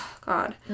God